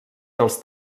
dels